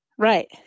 Right